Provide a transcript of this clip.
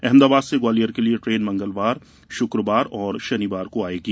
अहमदाबाद से ग्वालियर के लिए ट्रेन मंगलवार शुक्रवार व शनिवार को आएगी